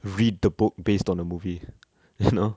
read the book based on the movie you know